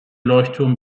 leuchtturm